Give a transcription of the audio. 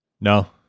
no